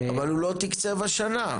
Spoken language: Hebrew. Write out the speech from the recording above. אבל הוא לא תקצב השנה.